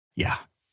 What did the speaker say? yeah,